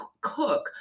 cook